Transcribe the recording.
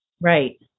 Right